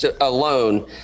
alone